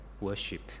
worship